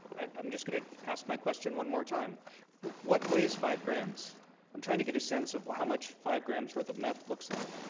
i'm just gonna ask my question one more time what weighs five grams i'm trying to get a sense of how much five grams worth of meth looks like